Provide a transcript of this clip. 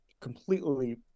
completely